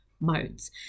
modes